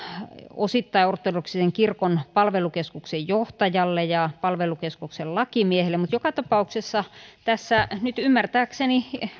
osittain ortodoksisen kirkon palvelukeskuksen johtajalle ja palvelukeskuksen lakimiehelle mutta joka tapauksessa tässä nyt ymmärtääkseni